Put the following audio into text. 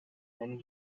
when